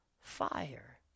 fire